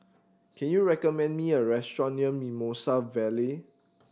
can you recommend me a restaurant near Mimosa Vale